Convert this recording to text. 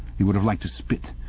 he would have liked to spit.